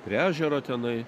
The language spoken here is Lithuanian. prie ežero tenai